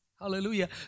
Hallelujah